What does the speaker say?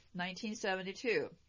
1972